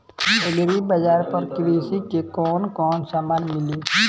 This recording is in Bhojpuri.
एग्री बाजार पर कृषि के कवन कवन समान मिली?